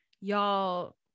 y'all